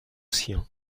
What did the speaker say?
sien